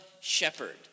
shepherd